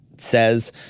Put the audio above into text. says